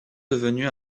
devenu